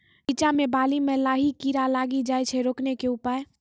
रिचा मे बाली मैं लाही कीड़ा लागी जाए छै रोकने के उपाय?